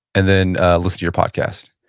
and then listen to your podcast.